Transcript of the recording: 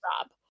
job